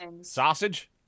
Sausage